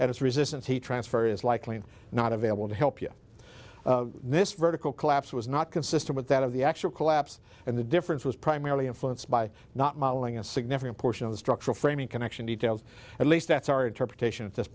it's resistance heat transfer is likely not available to help you this vertical collapse was not consistent with that of the actual collapse and the difference was primarily influenced by not modeling a significant portion of the structural framing connection details at least that's our interpretation at this